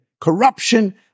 corruption